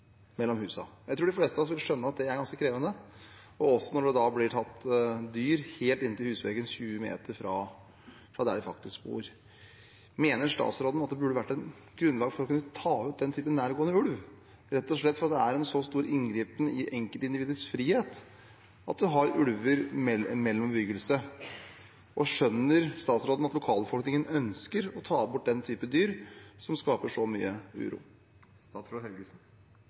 mellom husene. Jeg tror de fleste av oss vil skjønne at det er ganske krevende når det blir tatt dyr nesten helt inntil husveggen – 20 meter fra der man bor. Mener statsråden at det burde være grunnlag for å kunne ta ut den type nærgående ulv, rett og slett fordi det er en så stor inngripen i enkeltindividets frihet at man har ulv i bebyggelsen? Skjønner statsråden at lokalbefolkningen ønsker å ta bort den type dyr, som skaper så mye